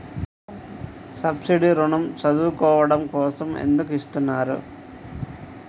Subsidy ఋణం చదువుకోవడం కోసం ఎందుకు ఇస్తున్నారు?